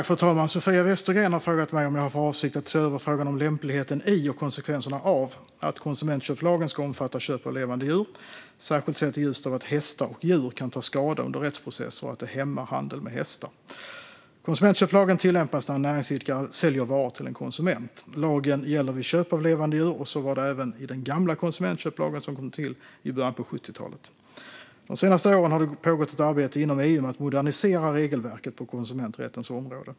Fru talman! har frågat mig om jag har för avsikt att se över frågan om lämpligheten i och konsekvenserna av att konsumentköplagen ska omfatta köp av levande djur, särskilt sett i ljuset av att hästar och andra djur kan ta skada under rättsprocesser och att det hämmar handel med hästar. Konsumentköplagen tillämpas när en näringsidkare säljer varor till en konsument. Lagen gäller vid köp av levande djur, och så var det även i den gamla konsumentköplagen som kom till i början av 70-talet. De senaste åren har det pågått ett arbete inom EU med att modernisera regelverket på konsumenträttens område.